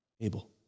Abel